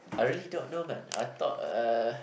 I really don't know the I thought uh